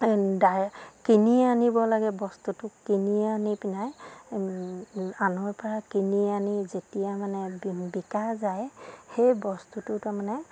কিনি আনিব লাগে বস্তুটো কিনি আনি পিনাই আনৰপৰা কিনি আনি যেতিয়া মানে বিকা যায় সেই বস্তুটো তাৰমানে